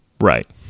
Right